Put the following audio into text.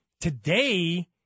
Today